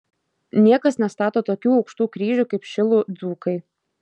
niekas nestato tokių aukštų kryžių kaip šilų dzūkai